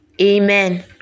Amen